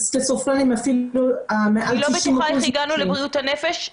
אני לא בטוחה איך הגענו לבריאות הנפש.